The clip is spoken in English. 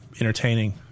entertaining